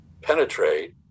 penetrate